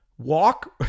Walk